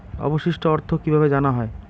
অবশিষ্ট অর্থ কিভাবে জানা হয়?